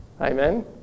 Amen